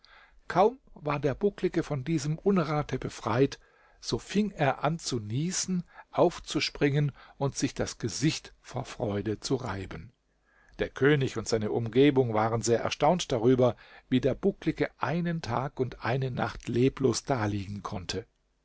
kaum war der bucklige von diesem unrate befreit so fing er an zu nießen aufzuspringen und sich das gesicht vor freude zu reiben der könig und seine umgebung waren sehr erstaunt darüber wie der bucklige einen tag und eine nacht leblos daliegen konnte